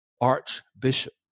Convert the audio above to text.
archbishop